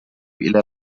إلى